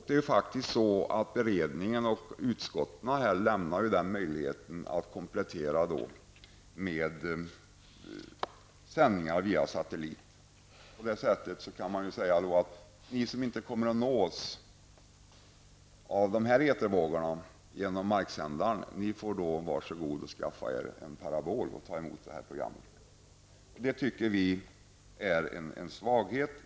Det är faktiskt så, att beredningen och utskotten lämnar en möjlighet att komplettera med sändningar via satellit. Man kan på det sättet säga att de som inte kommer att nås av dessa etervågor genom marksändaren får vara så goda att skaffa sig en parabol för att ta emot dessa program. Det tycker vi är en svaghet.